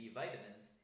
vitamins